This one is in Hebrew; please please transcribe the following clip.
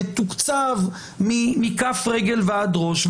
מתוקצב מכף רגל ועד ראש,